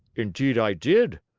indeed i did!